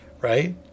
right